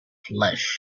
flesh